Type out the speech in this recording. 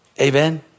Amen